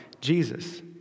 Jesus